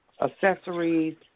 accessories